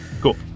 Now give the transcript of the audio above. Cool